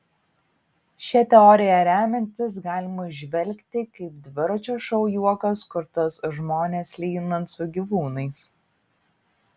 šia teorija remiantis galima įžvelgti kaip dviračio šou juokas kurtas žmones lyginant su gyvūnais